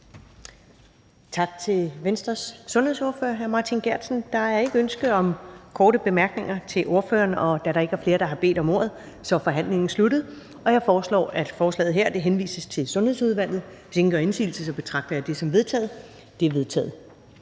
Tak til Venstres sundhedsordfører hr. Martin Geertsen. Der er ikke noget ønske om korte bemærkninger til ordføreren. Da der ikke er flere, der har bedt om ordet, er forhandlingen sluttet. Jeg foreslår, at forslaget til folketingsbeslutning her henvises til Sundhedsudvalget. Hvis ingen gør indsigelse, betragter jeg det som vedtaget. Det er vedtaget.